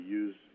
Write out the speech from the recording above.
use